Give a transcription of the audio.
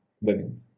women